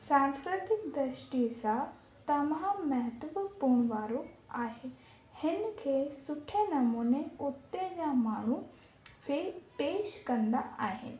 सांस्कृतिक दृष्टिअ सां तमामु महत्वपूर्ण वारो आहे हिन खे सुठे नमूने उते जा माण्हू फे पेशि कंदा आहिनि